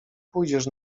pójdziesz